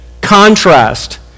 Contrast